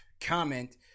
comment